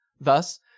Thus